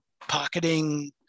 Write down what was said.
pocketing